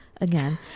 again